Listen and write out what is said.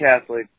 Catholic